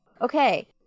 okay